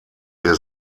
der